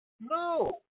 No